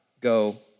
go